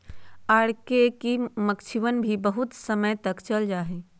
R K की मक्षिणवन भी बहुत समय तक चल जाहई